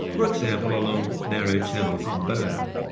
for example along narrow channels in bone.